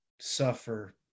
suffer